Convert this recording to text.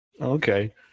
Okay